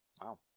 Wow